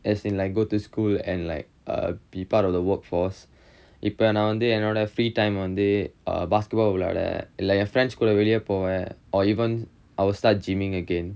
as in like go to school and like err be part of the workforce இப்ப நா வந்து என்னோட:ippa naa vanthu ennoda free time வந்து:vanthu basketball விளையாட இல்ல என்:vilaiyaada illa en friends கூட வெளிய போவேன்:kooda veliya poven or even I will start gymming again